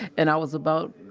and i was about,